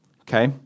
Okay